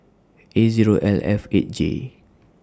A Zero L F eight J